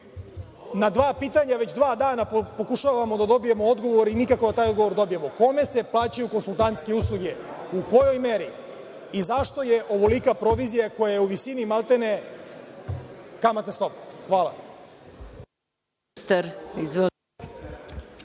dva pitanja već dva dana pokušavamo da dobijemo odgovor i nikako da taj odgovor dobijemo - kome se plaćaju konsultantske usluge, u kojoj meri i zašto je ovolika provizija, koja je u visini, maltene, kamatne stope? Hvala.